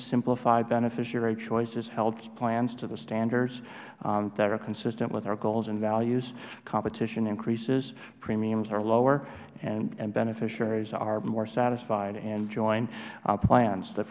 simplified beneficiary choices held plans to the standards that are consistent with our goals and values competition increases premiums are lower and beneficiaries are more satisfied and join plans t